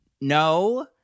No